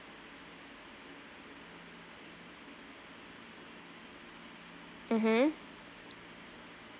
mmhmm